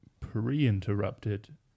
pre-interrupted